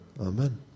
Amen